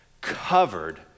covered